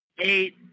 eight